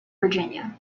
virginia